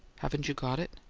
haven't you got it?